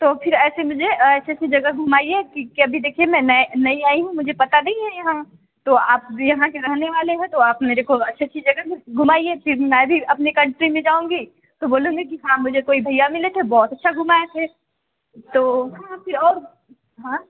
तो फिर ऐसे मुझे ऐसी ऐसी जगह घुमाइए कि अभी देखिए मैं नए नई आई हूँ मुझे पता भी नहीं है यहाँ तो आप यहाँ के रहने वाले हैं तो आप मेरे को अच्छी अच्छी जगह घुमाइए फिर मैं भी अपने कंट्री में जाऊँगी तो बोलूँगी कि हाँ मुझे कोई भैया मिले थे बहुत अच्छा घुमाए थे तो हाँ फिर और हाँ